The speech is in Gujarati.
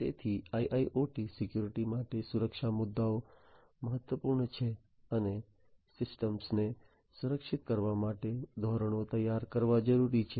તેથી IIoT સિક્યોરિટીઝ માટે સુરક્ષા મુદ્દાઓ મહત્વપૂર્ણ છે અને સિસ્ટમોને સુરક્ષિત કરવા માટેના ધોરણો તૈયાર કરવા જરૂરી છે